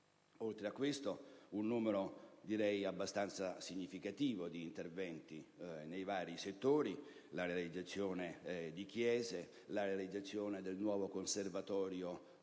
Oltre a questo, vi è stato un numero abbastanza significativo di interventi nei vari settori: la realizzazione di chiese; la realizzazione del nuovo conservatorio